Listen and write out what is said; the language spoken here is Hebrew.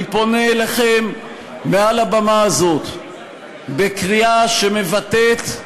אני פונה אליכם מעל הבמה הזאת בקריאה שמבטאת,